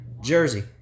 Jersey